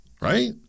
right